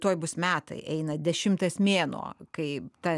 tuoj bus metai eina dešimtas mėnuo kai ta